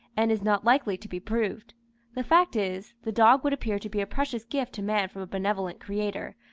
and is not likely to be proved the fact is, the dog would appear to be a precious gift to man from a benevolent creator,